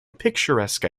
picturesque